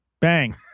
Bang